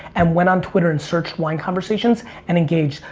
and went on twitter and searched wine conversation and engaged.